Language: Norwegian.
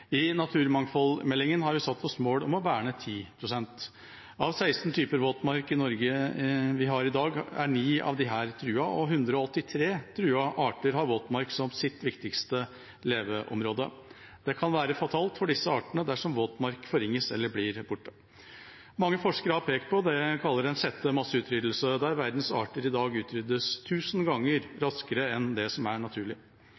i dag. I naturmangfoldmeldinga har vi satt oss mål om å verne 10 pst. Av 16 typer våtmark vi har i Norge i dag, er 9 truet, og 183 truede arter har våtmark som sitt viktigste leveområde. Det kan være fatalt for disse artene dersom våtmark forringes eller blir borte. Mange forskere har pekt på det de kaller en sjette masseutryddelse, der verdens arter i dag utryddes tusen ganger raskere enn det som er naturlig.